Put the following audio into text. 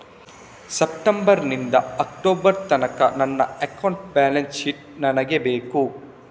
September ನಿಂದ October ತನಕ ನನ್ನ ಅಕೌಂಟ್ ಬ್ಯಾಲೆನ್ಸ್ ಶೀಟ್ ನನಗೆ ಬೇಕು